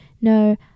No